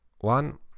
One